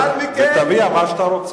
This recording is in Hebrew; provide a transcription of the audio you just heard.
תיכף אתה עולה ותביע מה שאתה רוצה.